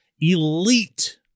elite